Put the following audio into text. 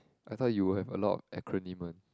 I thought you would have a lot of acronym one